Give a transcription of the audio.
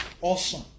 Awesome